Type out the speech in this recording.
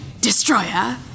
destroyer